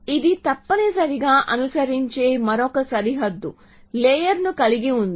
ఇది తప్పనిసరిగా అనుసరించే మరొక సరిహద్దు లేయర్ ను కలిగి ఉంది